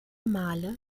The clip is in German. male